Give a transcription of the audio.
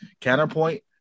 counterpoint